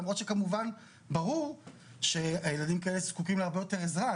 למרות שכמובן ברור שילדים כאלה זקוקים להרבה יותר עזרה,